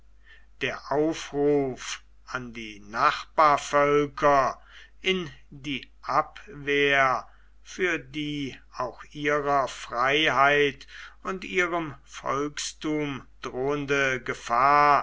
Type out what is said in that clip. der aufruf an die nachbarvölker in die abwehr für die auch ihrer freiheit und ihrem volkstum drohende gefahr